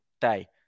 day